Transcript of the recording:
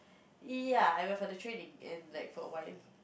ya I went for the training and like for wires